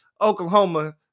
Oklahoma